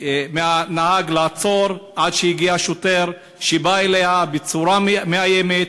מהנהג לעצור עד שהגיע שוטר ובא אליה בצורה מאיימת,